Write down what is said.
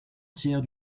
tiers